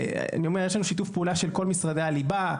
יש לנו שיתוף פעולה של כל משרדי הליבה.